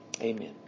Amen